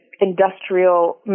industrial